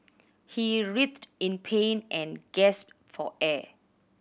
he writhed in pain and gasped for air